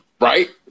right